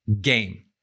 game